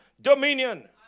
dominion